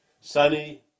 sunny